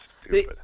stupid